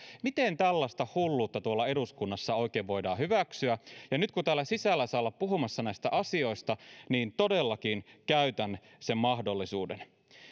miten tällaista hulluutta tuolla eduskunnassa oikein voidaan hyväksyä ja nyt kun täällä sisällä saan olla puhumassa näistä asioista niin todellakin käytän sen mahdollisuuden